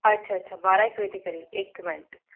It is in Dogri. अच्छा अच्दा बारां एक्क बजे दे करीब एक्क मैंट